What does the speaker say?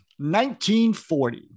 1940